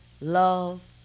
love